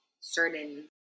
certain